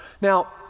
Now